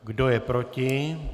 Kdo je proti?